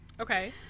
Okay